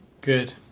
Good